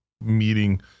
meeting